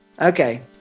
Okay